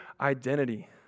identity